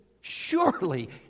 Surely